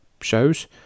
shows